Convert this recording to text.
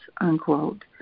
unquote